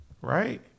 right